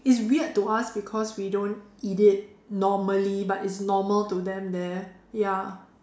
it's weird to us because we don't eat it normally but it's normal to them there ya